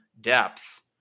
depth